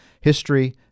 History